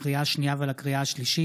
לקריאה השנייה ולקריאה השלישית,